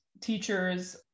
teachers